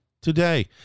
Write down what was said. today